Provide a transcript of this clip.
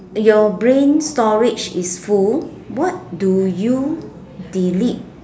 your brain storage is full what do you delete